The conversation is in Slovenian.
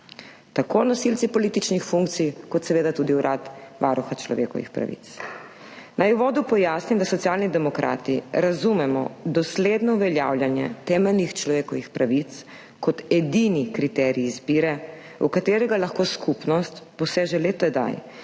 tako nosilci političnih funkcij kot seveda tudi urad varuha človekovih pravic. Naj v uvodu pojasnim, da Socialni demokrati razumemo dosledno uveljavljanje temeljnih človekovih pravic kot edini kriterij izbire, v katerega lahko skupnost poseže le tedaj,